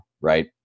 right